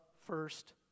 first